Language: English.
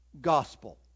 gospel